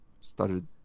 started